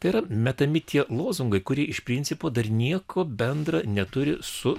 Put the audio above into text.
tai yra metami tie lozungai kurie iš principo dar nieko bendra neturi su